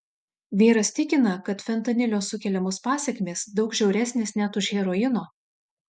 vyras tikina kad fentanilio sukeliamos pasekmės daug žiauresnės net už heroino